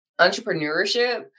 entrepreneurship